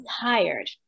tired